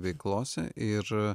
veiklose ir